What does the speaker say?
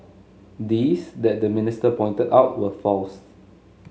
these that the minister pointed out were false